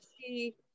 see